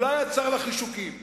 אולי יצר לה חישוקים.